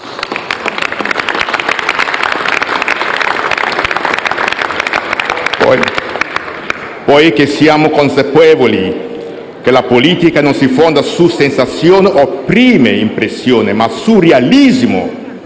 infatti consapevoli che la politica non si fonda su sensazioni o prime impressioni, ma sul realismo